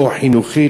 או חינוכית,